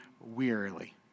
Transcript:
wearily